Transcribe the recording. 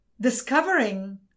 discovering